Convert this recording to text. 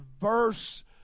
verse